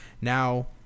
now